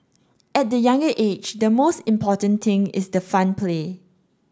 at the younger age the most important thing is the fun play